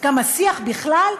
גם השיח בכלל,